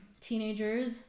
Teenagers